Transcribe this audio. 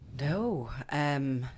No